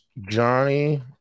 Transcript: Johnny